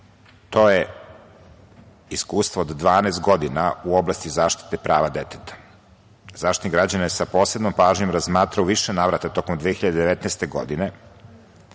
to je iskustvo od 12 godina u oblasti zaštite prava deteta. Zaštitnik građana je sa posebnom pažnjom razmatrao u više navrata tokom 2019. godine